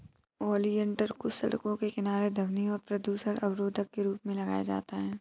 oleander को सड़कों के किनारे ध्वनि और प्रदूषण अवरोधक के रूप में लगाया जाता है